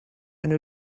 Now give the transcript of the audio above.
eine